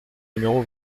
numéro